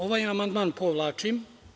Ovaj amandman povlačim.